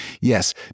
Yes